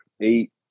Eight